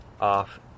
off